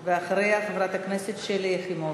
ואחריה, חברת הכנסת שלי יחימוביץ.